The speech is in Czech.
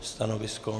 Stanovisko?